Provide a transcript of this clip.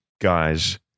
guys